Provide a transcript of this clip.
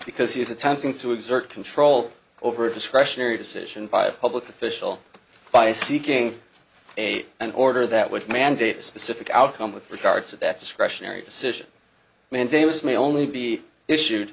because he is attempting to exert control over a discretionary decision by a public official by seeking a an order that would mandate a specific outcome with regard to that discretionary decision mandamus may only be issued